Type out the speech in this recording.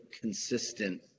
consistent